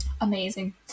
Amazing